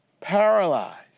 paralyzed